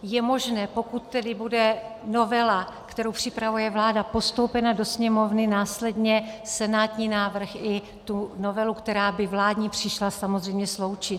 Je možné, pokud tedy bude novela, kterou připravuje vláda, postoupena do Sněmovny, následně senátní návrh i vládní novelu, která by přišla, samozřejmě sloučit.